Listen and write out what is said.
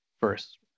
first